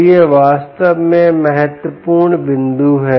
तो यह वास्तव में महत्वपूर्ण बिंदु है